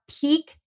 peak